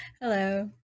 Hello